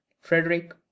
Frederick